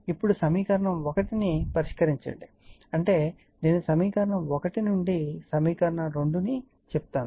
ఇప్పుడు సమీకరణం 1 ను పరిష్కరించడం అంటే నేను సమీకరణం 1 నుండి సమీకరణం 2 అని చెప్తాను